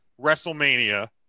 WrestleMania